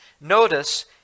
Notice